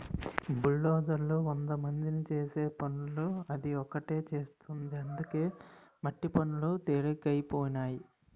బుల్డోజర్లు వందమంది చేసే పనిని అది ఒకటే చేసేస్తుంది అందుకే మట్టి పనులు తెలికైపోనాయి